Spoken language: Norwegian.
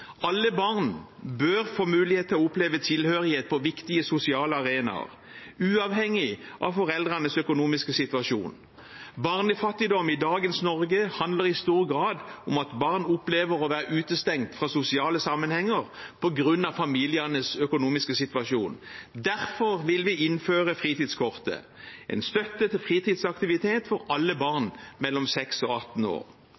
Alle barn bør få mulighet til å oppleve tilhørighet på viktige sosiale arenaer uavhengig av foreldrenes økonomiske situasjon. Barnefattigdom i dagens Norge handler i stor grad om at barn opplever å være utestengt fra sosiale sammenhenger på grunn av familienes økonomiske situasjon. Derfor vil vi innføre fritidskortet – en støtte til fritidsaktiviteter for alle barn mellom 6 og 18 år.